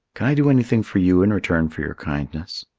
can i do anything for you in return for your kindness?